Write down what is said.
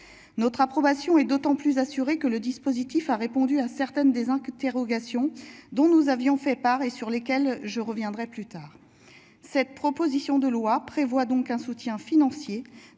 Notre approbation est d'autant plus assuré que le dispositif a répondu à certaines des encres interrogations dont nous avions fait part et sur lesquelles je reviendrai plus tard cette proposition de loi prévoit donc un soutien financier